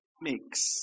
mix